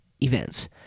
events